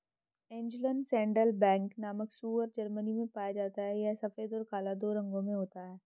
Angeln saddleback नामक सूअर Germany में पाया जाता है यह सफेद और काला दो रंगों में होता है